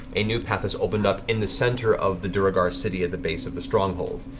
a new path has opened up in the center of the duergar city at the base of the stronghold.